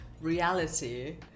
reality